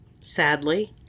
Sadly